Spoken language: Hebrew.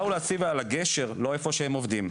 באו להציב על הגשר, לא איפה שהם עובדים,